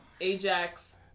Ajax